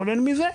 כולל מזה.